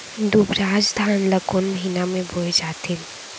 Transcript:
दुबराज धान ला कोन महीना में बोये जाथे?